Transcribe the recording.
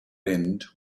end